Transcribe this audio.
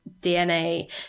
dna